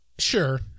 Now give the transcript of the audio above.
Sure